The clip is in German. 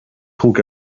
trug